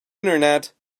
internet